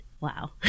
wow